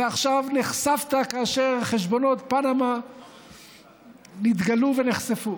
ועכשיו נחשפת כאשר חשבונות פנמה נתגלו ונחשפו.